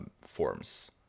forms